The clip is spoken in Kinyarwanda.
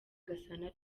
gasana